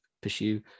pursue